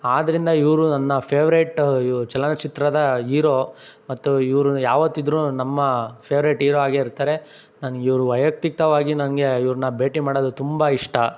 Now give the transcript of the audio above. ಆದ್ದರಿಂದ ಇವರು ನನ್ನ ಫೇವರೆಟ್ ಚಲನಚಿತ್ರದ ಈರೋ ಮತ್ತು ಇವರು ಯಾವತ್ತಿದ್ರೂ ನಮ್ಮ ಫೇವರೆಟ್ ಹೀರೋ ಆಗೇ ಇರ್ತಾರೆ ನನ್ಗಿವರು ವೈಯಕ್ತಿಕವಾಗಿ ನನಗೆ ಇವ್ರನ್ನ ಭೇಟಿ ಮಾಡೋದು ತುಂಬ ಇಷ್ಟ